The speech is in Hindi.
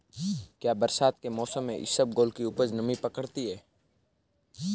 क्या बरसात के मौसम में इसबगोल की उपज नमी पकड़ती है?